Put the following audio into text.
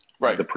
Right